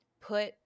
put